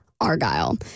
Argyle